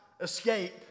escape